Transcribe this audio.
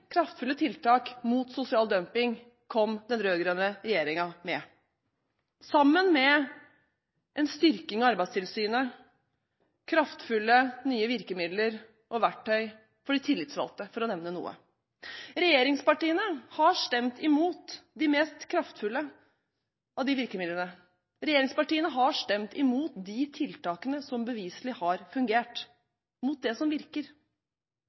kraftfulle tiltak mot sosial dumping kom den rød-grønne regjeringen med, sammen med en styrking av Arbeidstilsynet, kraftfulle nye virkemidler og verktøy for de tillitsvalgte, for å nevne noe. Regjeringspartiene har stemt imot de mest kraftfulle av disse virkemidlene. Regjeringspartiene har stemt imot de tiltakene som beviselig har fungert, de som virker.